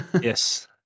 yes